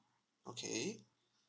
okay